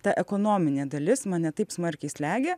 ta ekonominė dalis mane taip smarkiai slegia